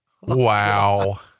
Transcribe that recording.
Wow